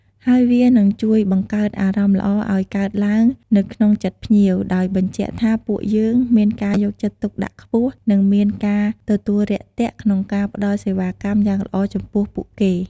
ហើយវានឹងជួយបង្កើតអារម្មណ៍ល្អឲ្យកើតឡើងនៅក្នុងចិត្តភ្ញៀវ ដោយបញ្ជាក់ថាពួកយើងមានការយកចិត្តទុកដាក់ខ្ពស់ និងមានការទទួលរាក់ទាក់ក្នុងការផ្តល់សេវាកម្មយ៉ាងល្អចំពោះពួកគេ។